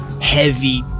heavy